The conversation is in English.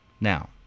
Now